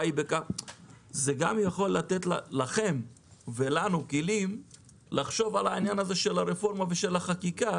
זה יכול לתת לכם ולנו כלים לחשוב על העניין הזה של הרפורמה ושל החקיקה